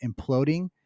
imploding